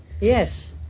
yes